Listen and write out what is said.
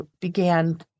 began